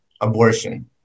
abortion